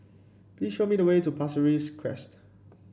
please show me the way to Pasir Ris Crest